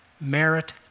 merit